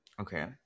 Okay